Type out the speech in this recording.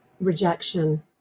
rejection